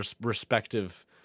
respective